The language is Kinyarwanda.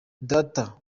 data